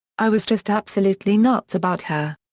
i was just absolutely nuts about her.